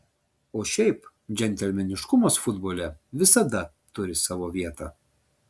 o šiaip džentelmeniškumas futbole visada turi savo vietą